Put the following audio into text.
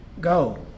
go